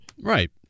Right